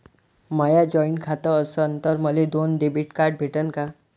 माय joint खातं असन तर मले दोन डेबिट कार्ड भेटन का?